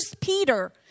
Peter